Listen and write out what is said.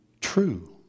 true